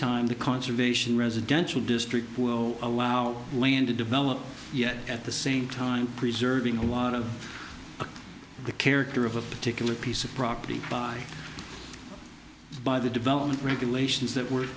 time the conservation residential district will allow land to develop yet at the same time preserving the water of the character of a particular piece of property by by the development regulations that we're